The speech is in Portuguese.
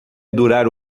durar